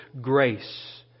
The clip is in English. grace